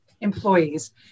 employees